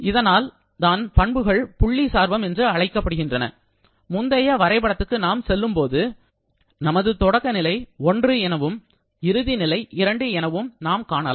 இதனால் தான் பண்புகள் புள்ளி சார்பம் என்று அழைக்கப்படுகின்றன முந்தைய வரைபடத்திற்கு நாம் செல்லும்போது நமது தொடக்க நிலை ஒன்று எனவும் இறுதிநிலை இரண்டு எனவும் நாம் காணலாம்